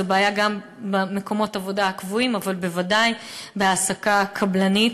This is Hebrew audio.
זו בעיה גם במקומות העבודה הקבועים אבל בוודאי בהעסקה קבלנית.